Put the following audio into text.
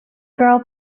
girl